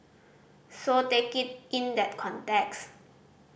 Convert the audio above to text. so take it in that context